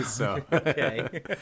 Okay